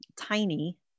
tiny